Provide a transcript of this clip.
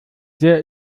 sehr